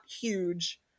huge